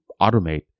automate